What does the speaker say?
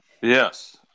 yes